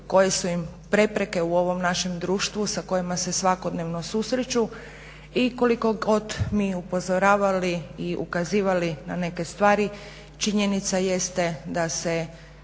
koje su im prepreke u ovom našem društvu sa kojima se svakodnevno susreću i koliko god mi upozoravali i ukazivali na neke stvari činjenica jeste da se